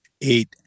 eight